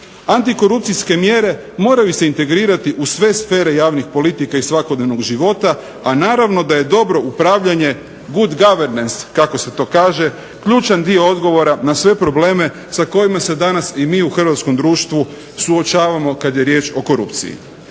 Antikorupcijske mjere moraju se integrirati u sve sfere javnih politika i svakodnevnog života, a naravno da je dobro upravljanje, good governance kako se to kaže, ključan dio odgovora na sve probleme sa kojima se danas i mi u hrvatskom društvu suočavamo kad je riječ o korupciji.